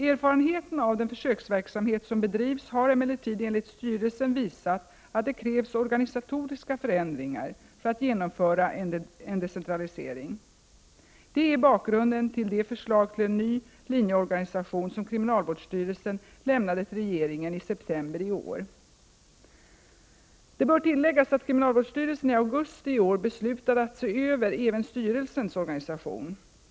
Erfarenheterna av den försöksverksamhet som bedrivits har emellertid enligt styrelsen visat att det krävs organisatoriska förändringar för att genomföra en decentralisering. Det är bakgrunden till det förslag till en ny linjeorganisation som kriminalvårdsstyrelsen lämnade till regeringen i september i år. Det bör tilläggas att kriminalvårdsstyrelsen i augusti i år beslutade att se över även styrelsens organisation.